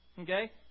okay